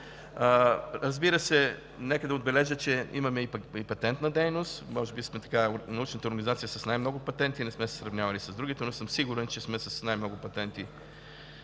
Разбира се, нека да отбележа, че имаме и патентна дейност. Може би сме научната организация с най-много патенти. Не сме се сравнявали с другите, но съм сигурен, че сме с най-много патенти